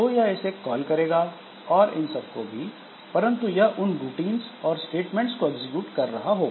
तो यह इसे कॉल करेगा और इन सब को भी परंतु यह उन रूटीन्स और स्टेटमेंट्स को एक्जिक्यूट कर रहा होगा